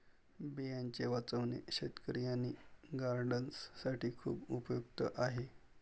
बियांचे वाचवणे शेतकरी आणि गार्डनर्स साठी खूप उपयुक्त आहे